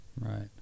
Right